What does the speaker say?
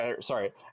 Sorry